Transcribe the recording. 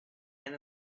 and